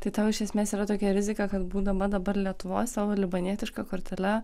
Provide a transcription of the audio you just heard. tai tau iš esmės yra tokia rizika kad būdama dabar lietuvoj savo libanietiška kortele